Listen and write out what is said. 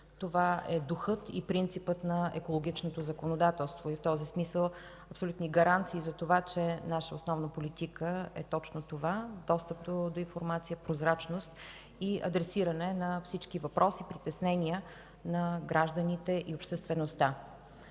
Това е духът и принципът на екологичното законодателство и в този смисъл абсолютни гаранции за това, че наша основна политика е точно това – достъп до информация, прозрачност и адресиране на всички въпроси, притеснения на гражданите и обществеността,